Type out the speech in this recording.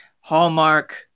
Hallmark